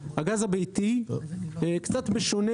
הגז הביתי קצת משונה,